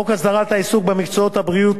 חוק הסדרת העיסוק במקצועות הבריאות